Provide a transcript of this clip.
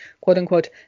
quote-unquote